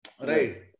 Right